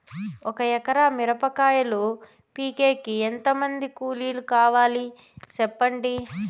ఒక ఎకరా మిరప కాయలు పీకేకి ఎంత మంది కూలీలు కావాలి? సెప్పండి?